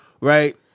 Right